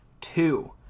Two